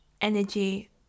energy